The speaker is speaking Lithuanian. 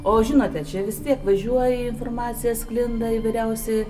o žinote čia vis tiek važiuoja informacija sklinda įvairiausi